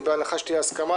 ובהנחה שתהיה הסכמה,